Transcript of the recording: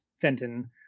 Fenton